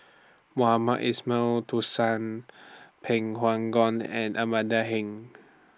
Mohamed Ismail Pway Ngon and Amanda Heng